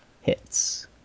Hits